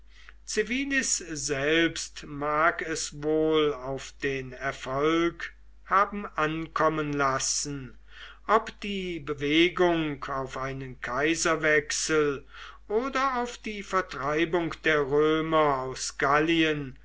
selbst mag es wohl auf den erfolg haben ankommen lassen ob die bewegung auf einen kaiserwechsel oder auf die vertreibung der römer aus gallien